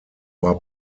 war